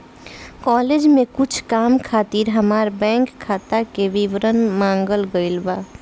college में कुछ काम खातिर हामार बैंक खाता के विवरण मांगल गइल बा